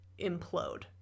implode